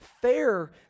fair